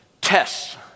tests